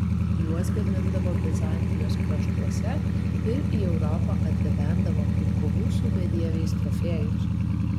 juos gamindavo bizantijos kraštuose ir į europą atgabendavo kaip kovų su bedieviais trofėjus